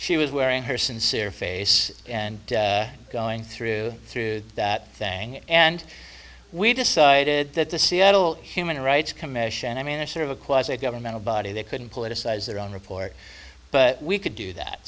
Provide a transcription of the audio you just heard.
she was wearing her sincere face and going through through that thing and we decided that the seattle human rights commission i mean a sort of a quasi governmental body they couldn't politicize their own report but we could do that